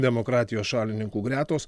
demokratijos šalininkų gretos